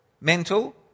mental